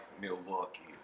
Milwaukee